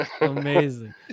Amazing